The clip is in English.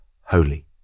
holy